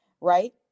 right